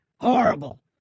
Horrible